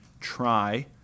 try